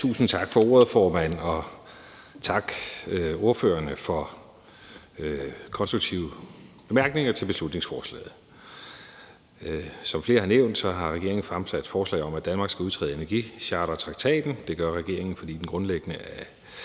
Tusind tak for ordet, formand, og tak til ordførerne for konstruktive bemærkninger til beslutningsforslaget. Som flere har nævnt, har regeringen jo fremsat et forslag om, at Danmark skal udtræde af energichartertraktaten, og det har regeringen gjort, fordi det grundlæggende er